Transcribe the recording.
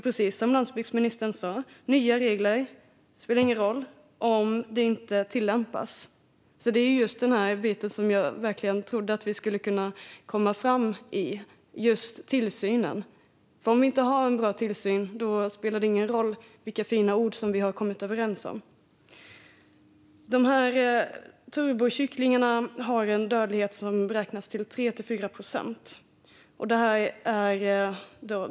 Precis som landsbygdsministern säger spelar nya regler ingen roll om de inte tillämpas. Det var just den biten - tillsynen - som jag trodde att vi skulle kunna komma framåt med. Om det inte finns en bra tillsyn spelar det ingen roll vilka fina ord vi har kommit överens om. Turbokycklingarna har en dödlighet som beräknas till 3-4 procent.